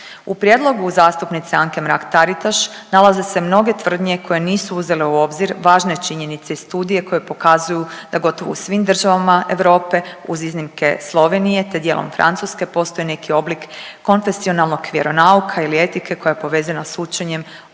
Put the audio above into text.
U prijedlogu zastupnice Anke Mrak Taritaš, nalaze se mnoge tvrdnje koje nisu uzele u obzir važne činjenice i studije koje pokazuju da gotovo u svim državama Europe uz iznimke Slovenije te dijelom Francuske, postoji neki oblik kontescionalnog vjeronauka ili etike koja je povezana s učenjem o religiji